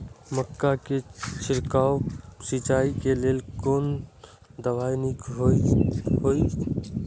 मक्का के छिड़काव सिंचाई के लेल कोन दवाई नीक होय इय?